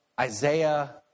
isaiah